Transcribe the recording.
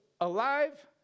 alive